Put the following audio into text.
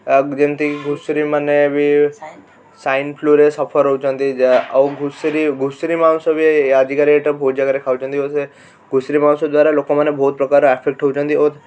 ଯେମିତିକି ଘୁଷୁରୀ ମାନେବି ସ୍ୱାଇନ୍ଫ୍ଲୁରେ ସଫର୍ ହଉଛନ୍ତି ଯାହା ଆଉ ଘୁଷୁରୀ ଘୁଷୁରୀ ମାଂସ ବି ଆଜିକା ଡେଟ୍ରେ ବହୁତ ଜାଗାରେ ଖାଉଛନ୍ତି ଆଉ ସେ ଘୁଷୁରୀ ମାଂସ ଦ୍ଵାରା ଲୋକମାନେ ବହୁତ ପ୍ରକାର ଆଫେକ୍ଟ ହଉଛନ୍ତି ଓ